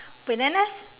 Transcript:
bananas